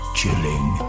chilling